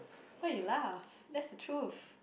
why you laugh that's the truth